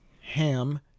ham